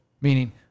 Meaning